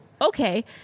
okay